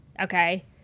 Okay